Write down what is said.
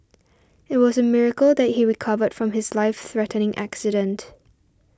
it was a miracle that he recovered from his life threatening accident